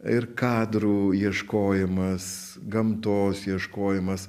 ir kadrų ieškojimas gamtos ieškojimas